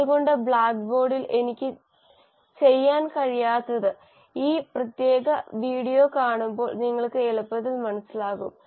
അതുകൊണ്ട് ബ്ലാക്ക്ബോർഡിൽ എനിക്ക് ചെയ്യാൻ കഴിയാത്തത് ഈ പ്രത്യേക വീഡിയോ കാണുമ്പോൾ നിങ്ങൾക്ക് എളുപ്പത്തിൽ മനസ്സിലാകും